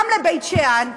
גם לבית שאן.